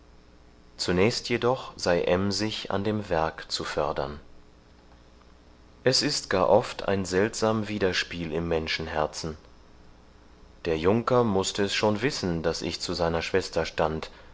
zunächst jedoch sei emsig an dem werk zu fördern es ist gar oft ein seltsam widerspiel im menschenherzen der junker mußte es schon wissen daß ich zu seiner schwester stand